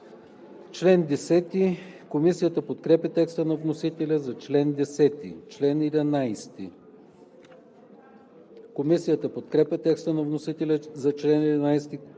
чл. 12. Комисията подкрепя текста на вносителя за чл. 13. Комисията подкрепя текста на вносителя за чл. 14.